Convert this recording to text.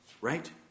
Right